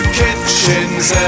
kitchen's